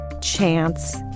chance